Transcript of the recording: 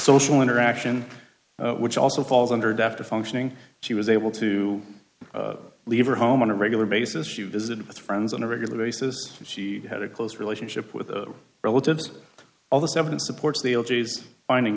social interaction which also falls under deaf to functioning she was able to leave her home on a regular basis you visit with friends on a regular basis and she had a close relationship with the relatives all this evidence supports the algaes finding